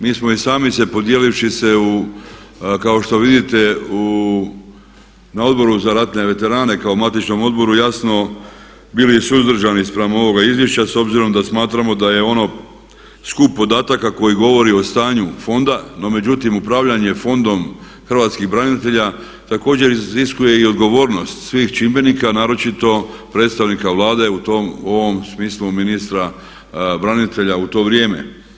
Mi smo i sami se podijelivši se kao što vidite na Odboru za ratne veterane kao matičnom odboru jasno bili suzdržani spram ovoga izvješća s obzirom da smatramo da je ono skup podataka koji govori o stanju fonda no međutim upravljanje fondom hrvatskih branitelja također iziskuje i odgovornost svih čimbenika naročito predstavnika Vlade u tom, ovom smislu ministra branitelja u to vrijeme.